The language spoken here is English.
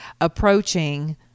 Approaching